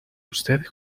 usted